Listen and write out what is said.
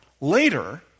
Later